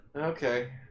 Okay